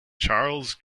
charles